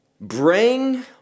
Bring